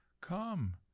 come